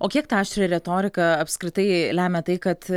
o kiek tą aštrią retoriką apskritai lemia tai kad